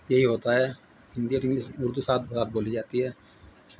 یہی ہوتا ہے ہندی اور انگلش اردو ساتھ بات بولی جاتی ہے